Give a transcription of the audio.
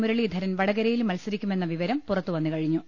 മുരളീധരൻ വടകരയിലും മത്സ രിക്കുമെന്ന വിവരം പുറത്തുവന്നുകഴിഞ്ഞു